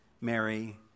Mary